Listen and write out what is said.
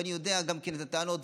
ואני מכיר את הטענות,